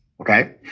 okay